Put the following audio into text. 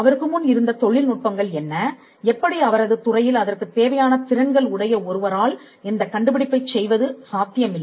அவருக்கு முன் இருந்த தொழில்நுட்பங்கள் என்ன எப்படி அவரது துறையில் அதற்குத் தேவையான திறன்கள் உடைய ஒருவரால் இந்த கண்டுபிடிப்பைச் செய்வது சாத்தியமில்லை